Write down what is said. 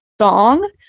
song